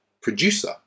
producer